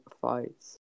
fights